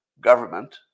government